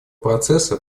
процесса